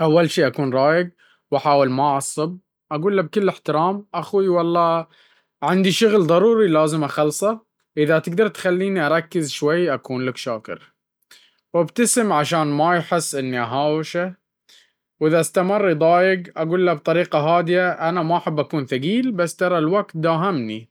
أول شي أكون رايق وأحاول ما أعصب، أقول له بكل احترام: "أخوي، والله عندي شغل ضروري لازم أخلصه، إذا تقدر تخليني أركز شوي أكون شاكر لك." وأبتسم عشان ما يحس إني أهاوشه. وإذا استمر يضايق، أقول له بطريقة هادية: "أنا ما أحب أكون ثقيل، بس ترا الوقت داهمني،